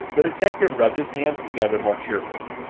the detective rubbed his hands together more cheerfully.